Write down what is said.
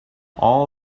all